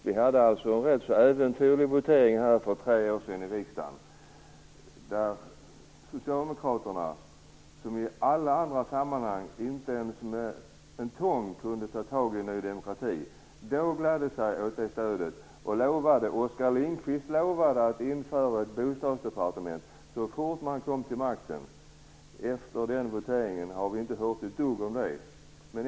Vi hade en rätt så äventyrlig votering i riksdagen för tre år sedan där Socialdemokraterna, som i alla andra sammanhang inte ens med en tång kunde ta tag i Ny demokrati, gladde sig åt dess stöd. Oskar Lindkvist lovade att inrätta ett bostadsdepartement så fort man kom till makten. Efter den voteringen har vi inte hört ett dugg om det.